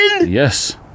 Yes